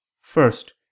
First